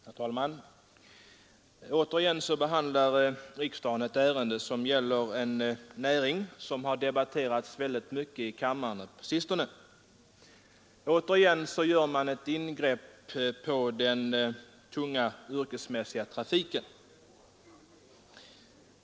Herr talman! Återigen behandlar riksdagen ett ärende som gäller en näring som har debatterats väldigt mycket i kammaren på sistone. Återigen vill man göra ett ingrepp i den tunga yrkesmässiga trafiken.